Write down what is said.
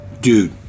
Dude